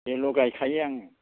बेल' गायखायो आङो